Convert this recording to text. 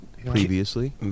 Previously